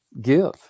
give